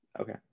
okay